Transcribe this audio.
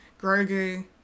Grogu